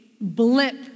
blip